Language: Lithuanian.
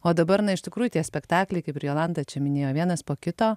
o dabar na iš tikrųjų tie spektakliai kaip ir jolanta čia minėjo vienas po kito